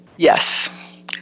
Yes